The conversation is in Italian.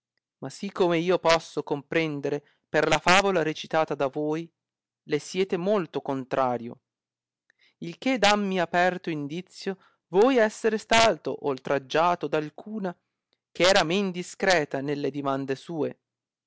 ma si come io posso comprendere per la favola recitata da voi le siete molto contrario il che dammi aperto indizio voi essere stato oltraggiato d alcuna che era men discreta nelle dimande sue